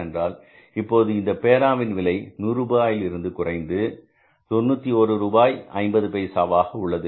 என்றால் இப்போது இந்த பேனாவின் விலை 100 ரூபாயில் இருந்து குறைந்து 91 ரூபாய் 50 பைசாவாக உள்ளது